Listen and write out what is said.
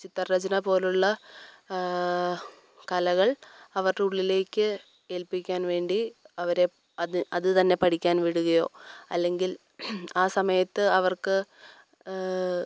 ചിത്രരചന പോലുള്ള കലകൾ അവരുടെ ഉള്ളിലേക്ക് ഏൽപ്പിക്കാൻ വേണ്ടി അവരെ അത് അത് തന്നെ പഠിക്കാൻ വിടുകയോ അല്ലെങ്കിൽ ആ സമയത്ത് അവർക്ക്